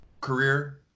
career